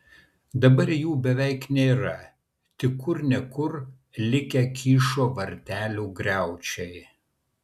dabar jų beveik nėra tik kur ne kur likę kyšo vartelių griaučiai